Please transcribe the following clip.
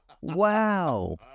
wow